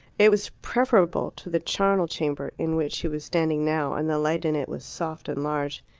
it was preferable to the charnel-chamber in which she was standing now, and the light in it was soft and large,